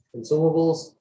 consumables